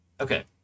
okay